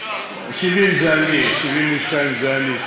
שיהיה 70, 75. 70 זה אני, 72 זה אני.